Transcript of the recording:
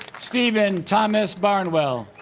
stephen thomas barnwell